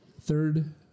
Third